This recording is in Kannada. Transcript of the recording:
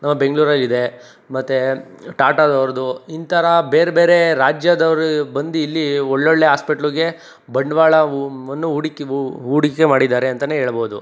ಬೆಂಗಳೂರಲ್ಲಿದೆ ಮತ್ತು ಟಾಟಾದವ್ರದ್ದು ಇಂಥರ ಬೇರೆಬೇರೆ ರಾಜ್ಯದವರು ಬಂದು ಇಲ್ಲಿ ಒಳ್ಳೊಳ್ಳೆ ಹಾಸ್ಪೆಟ್ಲುಗೆ ಬಂಡವಾಳವು ವನ್ನು ಹೂಡಿಕೆ ಹೂಡಿಕೆ ಮಾಡಿದಾರೆ ಅಂತ ಹೇಳ್ಬೋದು